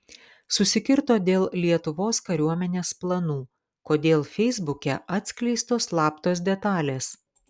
susikirto dėl lietuvos kariuomenės planų kodėl feisbuke atskleistos slaptos detalės